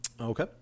Okay